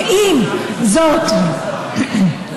ואז אני תוהה, ואני